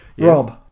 Rob